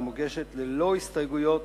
והמוגשת ללא הסתייגויות